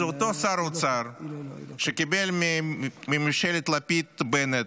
זה אותו שר אוצר שקיבל את ממשלת לפיד-בנט,